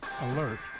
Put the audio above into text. Alert